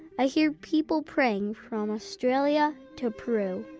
i hear people praying from australia to peru.